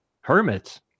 hermits